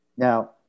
Now